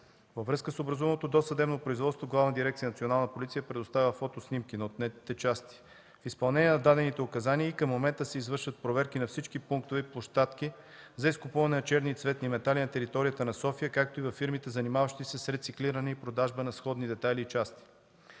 Във връзка с образуваното досъдебно производство Главна дирекция „Национална полиция” е предоставила фотоснимки на отнетите части. В изпълнение на дадените указания и към момента се извършват проверки на всички пунктове и площадки за изкупуване на черни и цветни метали на територията на София, както и във фирмите, занимаващи се с рециклиране и продажба на сходни детайли и части.